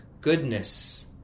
goodness